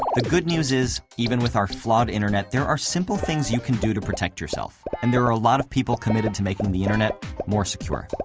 the good news is, even with our flawed internet, there are simple things you can do to protect yourself, and there are a lot of people committed to making the internet more secure.